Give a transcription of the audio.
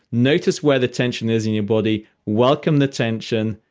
notice where the tension is in your body, welcome the tension,